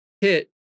hit